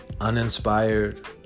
uninspired